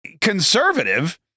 conservative